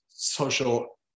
social